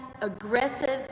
aggressive